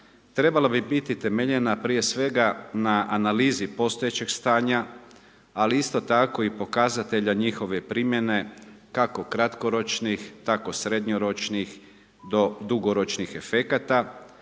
trebala bi biti temeljena prije svega na analizi postojećeg stanja ali isto tako i pokazatelja njihove primjene kako kratkoročnih tako srednjoročnih do dugoročnih efekata